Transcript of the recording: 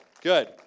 good